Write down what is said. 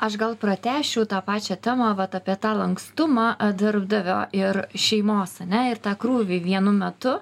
aš gal pratęsčiau tą pačią temą vat apie tą lankstumą darbdavio ir šeimos ane ir tą krūvį vienu metu